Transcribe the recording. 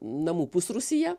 namų pusrūsyje